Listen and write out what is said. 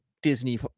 disney